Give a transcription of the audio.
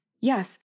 yes